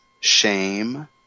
shame